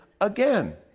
again